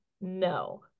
No